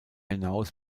hinaus